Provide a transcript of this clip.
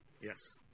Yes